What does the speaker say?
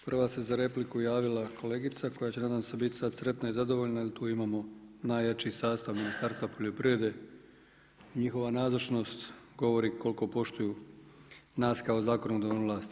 Prva se za repliku javila kolegica, koja će nadam biti sada sretna i zadovoljna jer tu imamo najjači sastav Ministarstva poljoprivrede, njihova nazočnost govori koliko poštuju nas kao zakonodavnu vlast.